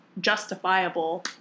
justifiable